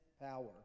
power